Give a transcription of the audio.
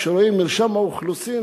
כשרואים "מרשם האוכלוסין",